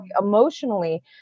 emotionally